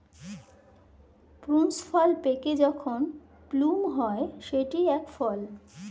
prunes ফল পেকে যখন প্লুম হয় সেটি এক ফল